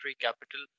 capital